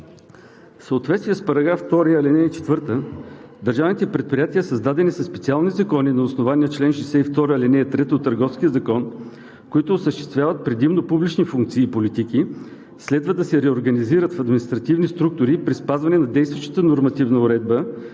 В съответствие с § 2, ал. 4 държавните предприятия, създадени със специални закони на основание чл. 62, ал. 3 от Търговския закон, които осъществяват предимно публични функции и политики, следва да се реорганизират в административни структури при спазване на действащата нормативна уредба